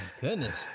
goodness